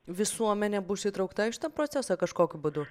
visuomenė bus įtraukta į šitą procesą kažkokiu būdu